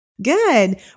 Good